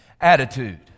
attitude